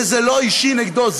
וזה לא אישי נגדו,